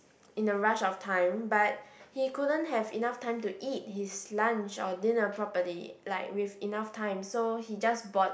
in a rush of time but he couldn't have enough time to eat his lunch or dinner properly like with enough time so he just bought